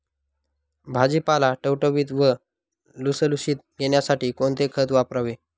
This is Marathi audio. भाजीपाला टवटवीत व लुसलुशीत येण्यासाठी कोणते खत वापरावे?